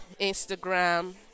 Instagram